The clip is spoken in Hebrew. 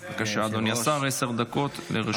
בבקשה, אדוני השר, עשר דקות לרשותך.